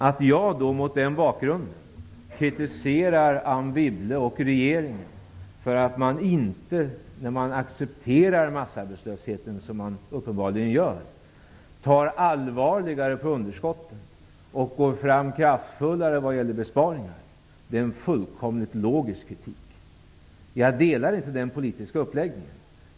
Att jag mot den bakgrunden kritiserar Anne Wibble och regeringen för att man -- eftersom man accepterar massarbetslösheten, vilket man uppenbarligen gör -- inte tar allvarligare på underskotten och går fram kraftfullare när det gäller besparingar är fullkomligt logiskt. Jag ställer mig inte bakom den politiska uppläggningen.